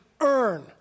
earn